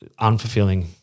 unfulfilling